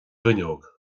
bhfuinneog